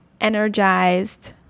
energized